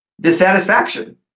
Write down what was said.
Dissatisfaction